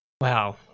Wow